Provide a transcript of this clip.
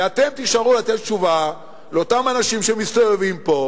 ואתם תישארו לתת תשובה לאותם אנשים שמסתובבים פה,